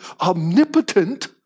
omnipotent